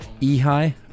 Ehi